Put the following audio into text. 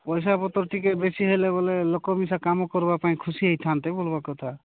ପଇସାପତର ଟିକେ ବେଶୀ ହେଲେ ଯାଇ ଲୋକ ବି ସେ କାମ କରିବା ପାଇଁ ଖୁସି ହୋଇଥାନ୍ତେ କହିବା କଥା